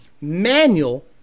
manual